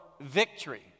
victory